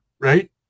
right